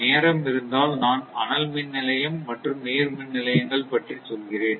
நேரம் இருந்தால் நான் அனல் மின் நிலையம் மற்றும் நீர் மின் நிலையங்கள் பற்றி சொல்கிறேன்